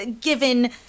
given